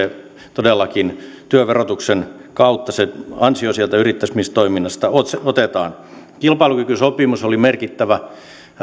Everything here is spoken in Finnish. todellakin työn verotuksen kautta se ansio sieltä yrittämistoiminnasta otetaan kilpailukykysopimus oli merkittävä